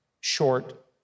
short